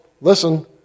listen